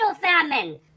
famine